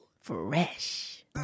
Fresh